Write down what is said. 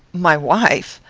my wife!